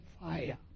fire